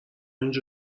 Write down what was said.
اینجا